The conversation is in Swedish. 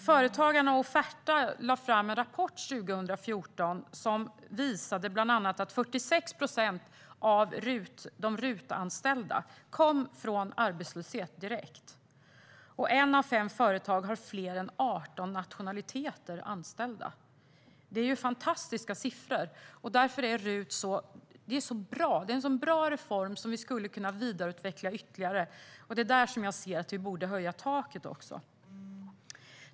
Företagarna och Offerta lade fram en rapport 2014, som bland annat visade att 46 procent av de RUT-anställda kom direkt från arbetslöshet. Ett av fem företag har fler än 18 nationaliteter anställda. Det är fantastiska siffror, och därför är RUT en bra reform som vi skulle kunna vidareutveckla ytterligare. Det är därför jag anser att vi borde höja taket.